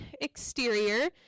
exterior